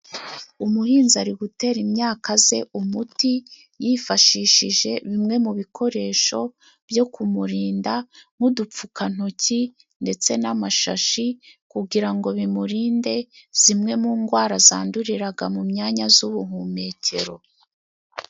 Umuhinzi ari gutera imyaka ze umuti yifashishije bimwe mu bikoresho byo kumurinda, nk'udupfukantoki ndetse n'amashashi, kugira ngo bimurinde zimwe mu ngwara zanduriraga mu myanya z'ubuhumekero.